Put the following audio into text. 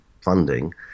funding